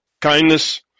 kindness